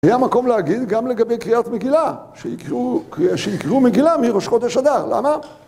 היה מקום להגיד גם לגבי קריאת מגילה, שיקראו מגילה מראש חודש הדר, למה?